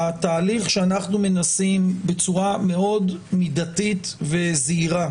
התהליך שאנחנו מנסים בצורה מאוד מידתית וזהירה